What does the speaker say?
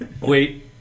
Wait